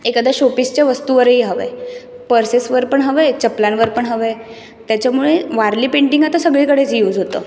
एखाद्या शो पीसच्या वस्तूवरही हवं आहे पर्सेसवर पण हवं आहे चपलांवर पण हवं आहे त्याच्यामुळे वारली पेंटिंग आता सगळीकडेच यूज होतं